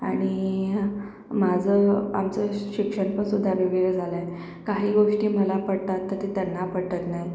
आणि माझं आमचं शिक्षणपणसुद्धा वेगवेगळं झालाय काही गोष्टी मला पटतात तर ते त्यांना पटत नाही